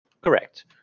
Correct